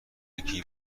یکی